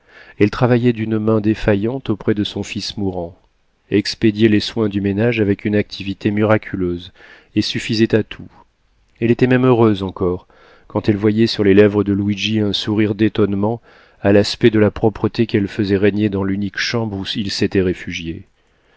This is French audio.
elle travaillait d'une main défaillante auprès de son fils mourant expédiait les soins du ménage avec une activité miraculeuse et suffisait à tout elle était même heureuse encore quand elle voyait sur les lèvres de luigi un sourire d'étonnement à l'aspect de la propreté qu'elle faisait régner dans l'unique chambre où ils s'étaient réfugiés